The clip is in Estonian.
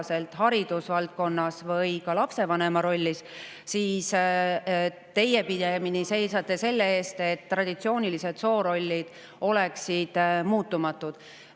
haridusvaldkonnas või lapsevanema rollis, siis teie pigem seisate selle eest, et traditsioonilised soorollid oleksid muutumatud.